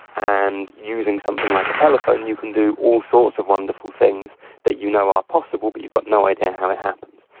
and using something like a telephone you can do all sorts of wonderful things that you know are possible but you've got no idea how it happens.